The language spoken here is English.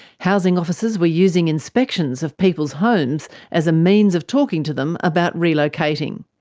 housing officers were using inspections of people's homes as a means of talking to them about relocating.